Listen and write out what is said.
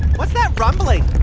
what's that rumbling?